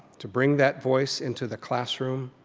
to bring that voice into the classroom.